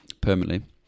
permanently